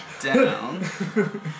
down